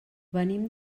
venim